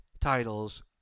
titles